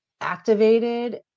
activated